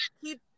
keep